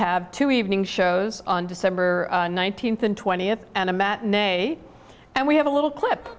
have to evening shows on december nineteenth and twentieth and a matinee and we have a little